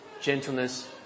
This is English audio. gentleness